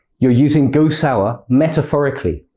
you're using go sour metaphorically.